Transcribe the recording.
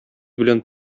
белән